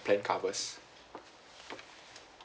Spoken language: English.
plan covers